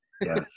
yes